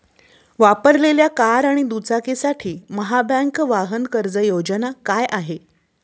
वापरलेल्या कार आणि दुचाकीसाठी महाबँक वाहन कर्ज योजना काय आहे?